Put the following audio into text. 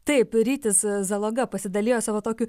taip rytis zaloga pasidalijo savo tokiu